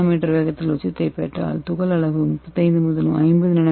M வேகத்தில் உச்சத்தைப் பெற்றால் துகள் அளவு 35 முதல் 50 என்